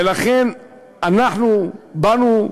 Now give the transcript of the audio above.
ולכן, אנחנו באנו,